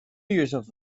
yourself